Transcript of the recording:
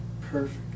perfect